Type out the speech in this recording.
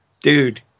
Dude